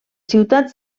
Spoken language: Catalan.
ciutats